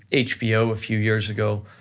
hbo a few years ago,